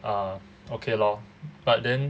err okay lor but then